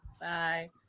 Bye